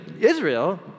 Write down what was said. Israel